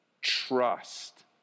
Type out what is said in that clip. Trust